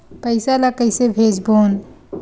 पईसा ला कइसे भेजबोन?